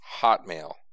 Hotmail